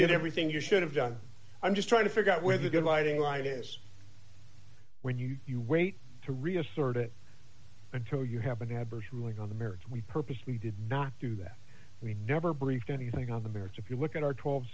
did everything you should have done i'm just trying to figure out where the good lighting right is when you you wait to reassert it until you have an adverse ruling on the merits we purposely did not do that we never break anything on the merits if you look at our twelve